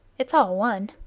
it's all one.